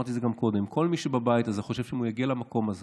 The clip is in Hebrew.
ואמרתי את זה גם קודם: כל מי שבבית הזה חושב שאם הוא יגיע למקום הזה